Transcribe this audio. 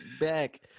back